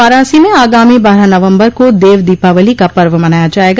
वाराणसी में आगामी बारह नवम्बर को देव दीपावली का पर्व मनाया जायेगा